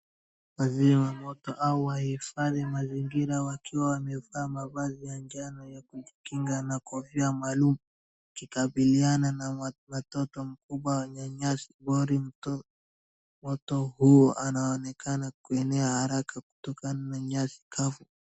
Wazima moto au wahifadhi mazingira wakiwa wamevaa mavazi ya jano ya kujikinga na kofia maalum wakikabiliana na moto mkubwa wenye nyasi. Moto huo anaoanekana kuenea haraka kutokana na nyasi kavu.